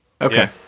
Okay